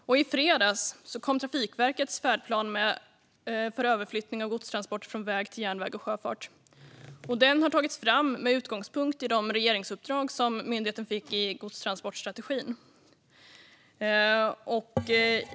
Och i fredags kom Trafikverkets färdplan för överflyttning av godstransporter från väg till järnväg och sjöfart. Den har tagits fram med utgångspunkt i de regeringsuppdrag som myndigheten fick i godstransportstrategin.